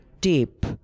tape